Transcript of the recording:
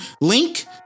link